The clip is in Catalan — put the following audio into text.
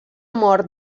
mort